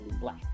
black